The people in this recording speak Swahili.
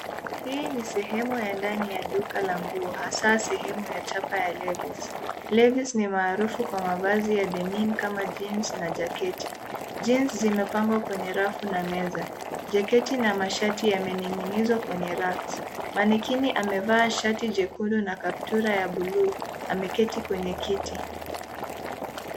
Hii ni sehemu ya ndani ya duka la nguo hasa sehemu ya chapa ya Levi's. Levi's ni maarufu kwa mavazi ya denim kama jeans na jaketi. Jeans zimepangwa kwenye rafu na meza. Jaketi na mashati yamening'inizwa kwenye racks . Manikeni amevaa shati jekundu na kaptura ya buluu, ameketi kwenye kiti.